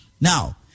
Now